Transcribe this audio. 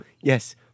Yes